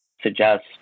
suggest